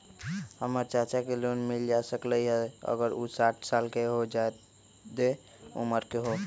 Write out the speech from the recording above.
हमर चाचा के लोन मिल जा सकलई ह अगर उ साठ साल से जादे उमर के हों?